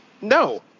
No